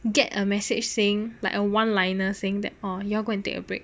get a message saying like orh a one liner saying that orh y'all go and take a break